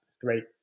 three